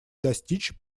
достичь